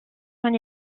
son